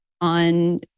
on